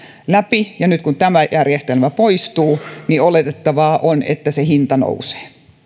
läpi niin nyt kun tämä järjestelmä poistuu oletettavaa on että hinta nousee